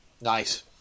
Nice